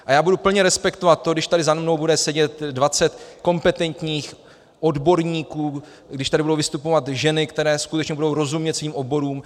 A já budu plně respektovat to, když tady za mnou bude sedět dvacet kompetentních odborníků, když tady budou vystupovat ženy, které budou skutečně rozumět svým oborům.